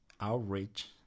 outreach